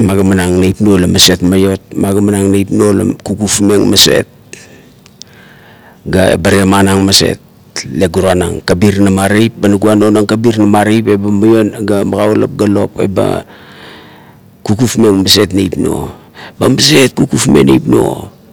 magimanang neip nuo la maset maiot, magimanang neip nuo la kapkufmeng maset ga eba temanang maset leba gurarang kabirana ma teip, eba nugua nonang kabirana ma tiep eba ga magaulap eba kufkafmeng maset neip nuo, ba maset kufkufmeng neip nuo